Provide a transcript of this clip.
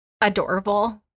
adorable